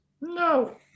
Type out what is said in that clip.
No